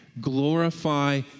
Glorify